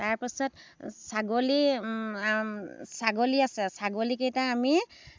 তাৰপাছত ছাগলী ছাগলী আছে ছাগলীকেইটা আমি